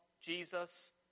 Jesus